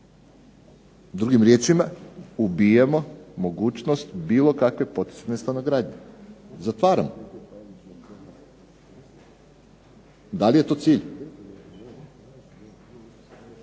Drugim riječima ubijamo mogućnost bilo kakve poticajne stanogradnje, zatvaramo. Da li je to cilj?